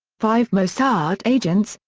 five mossad agents,